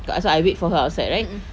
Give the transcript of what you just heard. because I wait for her outside right